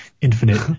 infinite